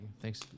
thanks